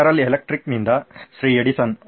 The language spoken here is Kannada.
ಜನರಲ್ ಎಲೆಕ್ಟ್ರಿಕ್ನಿಂದ ಶ್ರೀ ಎಡಿಸನ್ Mr